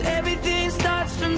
everything starts and